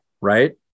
Right